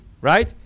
right